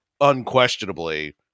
unquestionably